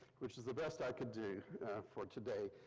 which is the best i could do for today,